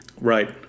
right